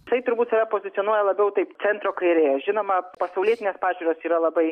tai turbūt save pozicionuoja labiau taip centro kairė žinoma pasaulietinės pažiūros yra labai